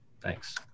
Thanks